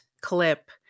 clip